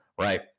right